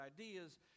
ideas